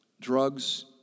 drugs